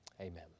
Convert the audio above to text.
Amen